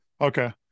Okay